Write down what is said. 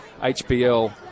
HBL